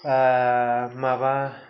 माबा